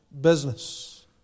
business